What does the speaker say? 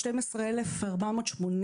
12,480,